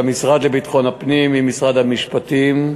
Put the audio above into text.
והמשרד לביטחון הפנים עם משרד המשפטים,